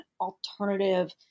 alternative